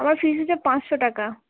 আমার ফিজ হচ্ছে পাঁচশো টাকা